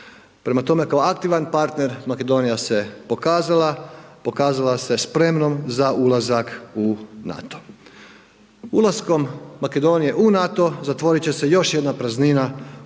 Prema tome, ako aktivan partner Makedonija se pokazala, pokazala se spremnom za ulazak u NATO. Ulaskom Makedonije u NATO, zatvorit će se još jedna praznina u